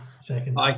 second